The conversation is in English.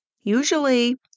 Usually